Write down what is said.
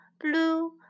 blue